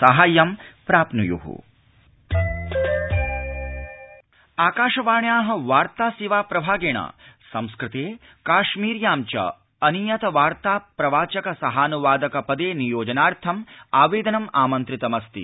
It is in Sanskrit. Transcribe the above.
अवश्योद्वोष्यम् आकाश वाण्याः वार्ता सेवा प्रभागेण संस्कृते काश्मीर्यां च अनियत वार्ता प्रवाचक सहानुवादक पदे नियोजनाथं आवेदनम् आमन्त्रितमस्ति